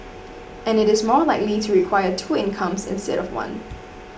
and it is more likely to require two incomes instead of one